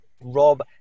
Rob